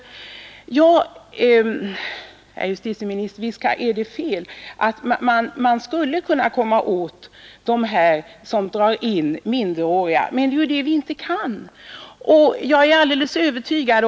Visst är det fel, herr justitieminister, att man inte kan komma åt dem som drar in minderåriga i verksamheten. Det är ju det vi inte kan!